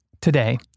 Today